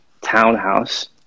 townhouse